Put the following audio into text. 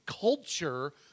culture